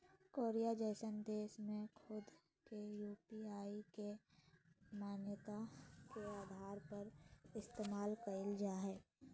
Korea जइसन देश में खुद के यू.पी.आई के मान्यता के आधार पर इस्तेमाल कईल जा हइ